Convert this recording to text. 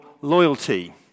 loyalty